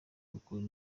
gukora